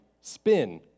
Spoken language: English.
Spin